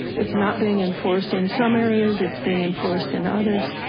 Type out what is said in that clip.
it's not being enforced in some areas it's being enforced in others,